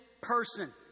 person